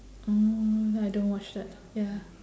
mm I don't watch that ya